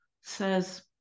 says